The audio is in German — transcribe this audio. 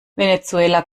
venezuela